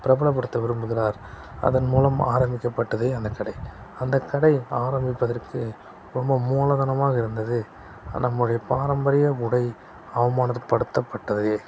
பிரபலப்படுத்த விரும்புகிறார் அதன் முலம் ஆரம்பிக்கப்பட்டது அந்தக்கடை அந்த கடை ஆரம்பிப்பதற்கு ரொம்ப மூலதனமாக இருந்தது நம்முடைய பாரம்பரிய உடை அவமானப்படுத்தப்பட்டதே